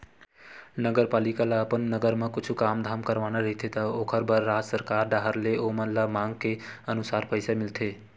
नगरपालिका ल अपन नगर म कुछु काम धाम करवाना रहिथे त ओखर बर राज सरकार डाहर ले ओमन ल मांग के अनुसार पइसा मिलथे